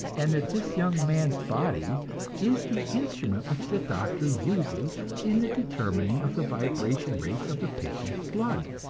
and that this young man's body is the instrument which the doctor uses in the determining of the vibration rates of the patient's blood.